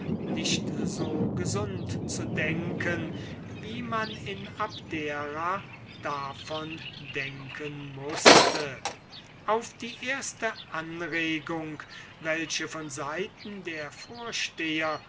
nicht so gesund zu denken wie man in abdera davon denken mußte auf die erste anregung welche von seiten der vorsteher